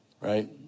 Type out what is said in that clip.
Right